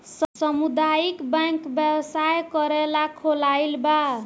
सामुदायक बैंक व्यवसाय करेला खोलाल बा